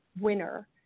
winner